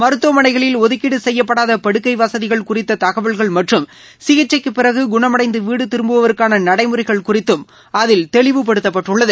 மருத்துவமனைகளில் ஒதுக்கீடு செய்யப்படாத படுக்கை வசதிகள் குறித்த தகவல்கள் மற்றம் சிகிச்சைக்கு பிறகு குணமடைந்து வீடு திரும்புவோருக்கான நடைமுறைகள் குறித்தும் அதில் தெளிவுப்படுத்தப்பட்டுள்ளது